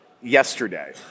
Yesterday